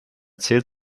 zählt